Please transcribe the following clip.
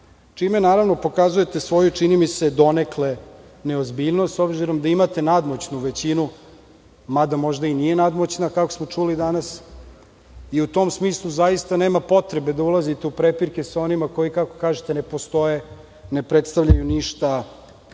čime naravno pokazujete svoju, čini mi se, donekle neozbiljnost, s obzirom da imate nadmoćnu većinu, mada možda i nije nadmoćna, kako smo čuli danas, i u tom smislu zaista nema potrebe da ulazite u prepirke sa onima koji, kako kažete, ne postoje, ne predstavljaju ništa